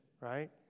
right